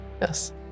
Yes